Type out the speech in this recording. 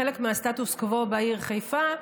כחלק מהסטטוס קוו בעיר חיפה,